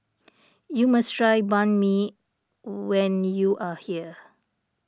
you must try Banh Mi when you are here